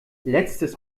letztes